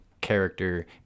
character